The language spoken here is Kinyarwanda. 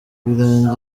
rwirangira